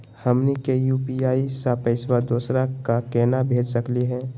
हमनी के यू.पी.आई स पैसवा दोसरा क केना भेज सकली हे?